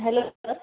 sir sir